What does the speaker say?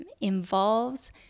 involves